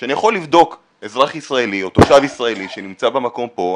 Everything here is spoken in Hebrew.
שאני יכול לבדוק אזרח ישראלי או תושב ישראלי שנמצא במקום פה,